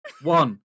One